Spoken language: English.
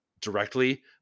directly